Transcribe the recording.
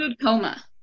coma